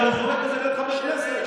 הזה להיות חבר כנסת.